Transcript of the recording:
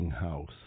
house